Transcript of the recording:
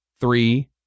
three